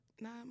Nine